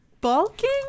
Bulking